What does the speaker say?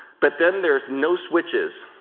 but then there are no switches.